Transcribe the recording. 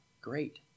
great